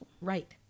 Right